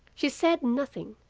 she said nothing,